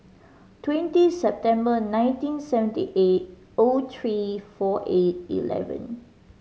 twenty September nineteen seventy eight O three four eight eleven